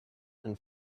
and